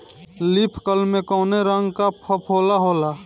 Leaf curl में कौने रंग का फफोला होला?